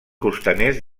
costaners